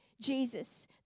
Jesus